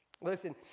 Listen